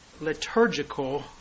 liturgical